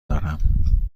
دارم